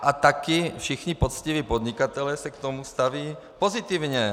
A taky všichni poctiví podnikatelé se k tomu staví pozitivně.